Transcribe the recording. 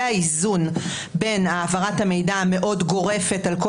זה האיזון בין העברת המידע המאוד גורפת על כל